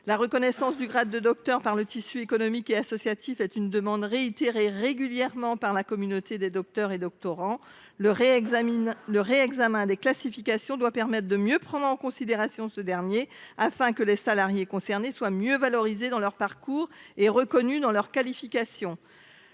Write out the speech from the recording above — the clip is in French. La reconnaissance du grade de docteur par le tissu économique et associatif est une demande réitérée régulièrement par la communauté des docteurs et doctorants. Le réexamen des classifications doit permettre de mieux prendre en considération ce grade, afin que les parcours des salariés concernés soient mieux valorisés et leurs qualifications